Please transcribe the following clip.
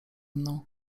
mną